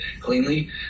cleanly